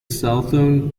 southern